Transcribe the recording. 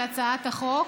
על הצעת החוק,